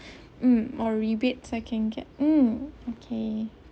mm or rebate I can get um okay